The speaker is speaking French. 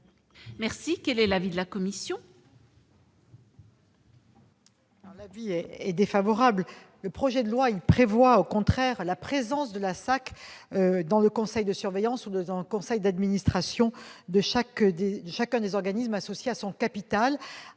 Quel est l'avis de la commission ?